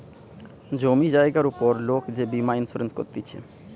জমি জায়গার উপর লোক যে বীমা ইন্সুরেন্স করতিছে